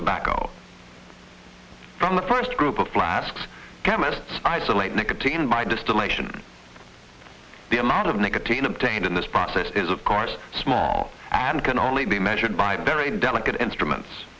tobacco from the first group of flasks chemists isolate nicotine by distillation the amount of nicotine obtained in this process is of course small added can only be measured by very delicate instruments